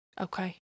Okay